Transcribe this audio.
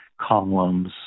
columns